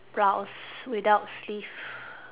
blouse without sleeve